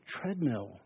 treadmill